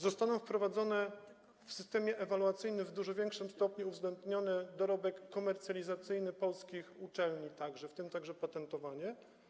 Zostanie wprowadzony w systemie ewaluacyjnym w dużo większym stopniu uwzględniony dorobek komercjalizacyjny polskich uczelni, w tym także patentowanie.